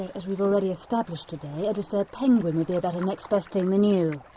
and as we've already established today, a disturbed penguin would be a better next best thing than you.